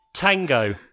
Tango